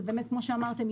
באמת כמו שאמרתם,